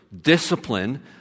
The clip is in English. discipline